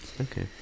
Okay